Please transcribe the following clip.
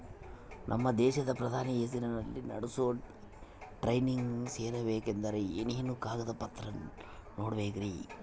ನಮ್ಮ ದೇಶದ ಪ್ರಧಾನಿ ಹೆಸರಲ್ಲಿ ನಡೆಸೋ ಟ್ರೈನಿಂಗ್ ಸೇರಬೇಕಂದರೆ ಏನೇನು ಕಾಗದ ಪತ್ರ ನೇಡಬೇಕ್ರಿ?